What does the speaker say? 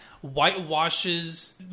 whitewashes